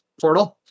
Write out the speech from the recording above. portal